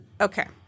okay